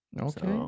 okay